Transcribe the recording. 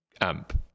amp